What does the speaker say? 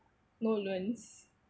no loans